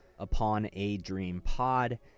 uponadreampod